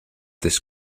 this